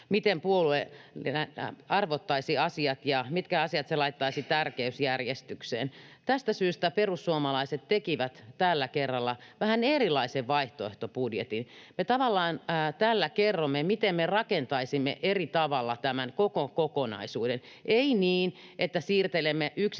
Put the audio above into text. miten puolue arvottaisi asiat ja mitkä asiat se laittaisi tärkeysjärjestykseen. Tästä syystä perussuomalaiset tekivät täällä kerralla vähän erilaisen vaihtoehtobudjetin. Me tavallaan kerromme tällä, miten me rakentaisimme eri tavalla tämän koko kokonaisuuden: ei niin, että siirtelemme yksittäisiä